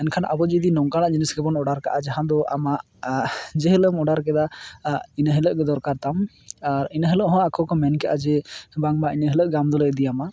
ᱮᱱᱠᱷᱟᱱ ᱟᱵᱚ ᱡᱩᱫᱤ ᱱᱚᱝᱠᱟᱱᱟᱜ ᱡᱤᱱᱤᱥ ᱜᱮᱵᱚᱱ ᱚᱰᱟᱨ ᱠᱟᱜᱼᱟ ᱡᱟᱦᱟᱸ ᱫᱚ ᱟᱢᱟᱜ ᱡᱮᱦᱤᱞᱳᱜ ᱮᱢ ᱚᱰᱟᱨ ᱠᱮᱫᱟ ᱤᱱᱟᱹ ᱦᱤᱞᱳᱜ ᱜᱮ ᱫᱚᱨᱠᱟᱨ ᱛᱟᱢ ᱟᱨ ᱤᱱᱟᱹᱦᱤᱞᱳᱜ ᱦᱚᱸ ᱟᱠᱚ ᱢᱮᱱ ᱠᱟᱜᱼᱟ ᱡᱮ ᱵᱟᱝ ᱵᱟᱝ ᱤᱱᱟᱹ ᱦᱤᱞᱳᱜ ᱜᱮ ᱟᱞᱮ ᱫᱚᱞᱮ ᱤᱫᱤᱭᱟᱢᱟ